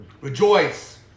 Rejoice